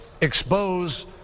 expose